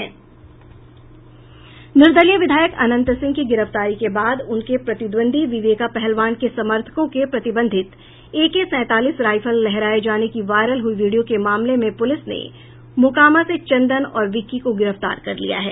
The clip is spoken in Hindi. निर्दलीय विधायक अनंत सिंह की गिरफ्तारी के बाद उनके प्रतिद्वंद्वी विवेका पहलवान के समर्थकों के प्रतिबंधित एके सैंतालीस राइफल लहराये जाने की वायरल हुई वीडियो के मामले में पुलिस ने मोकामा से चंदन और विक्की को गिरफ्तार कर लिया है